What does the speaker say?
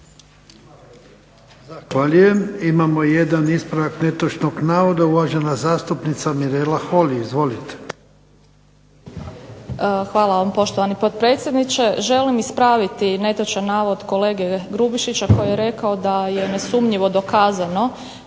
Hvala vam poštovani potpredsjedniče. Želim ispraviti netočan navod kolege Grubišića koji je rekao da je nesumnjivo dokazano